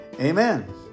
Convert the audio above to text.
Amen